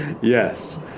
Yes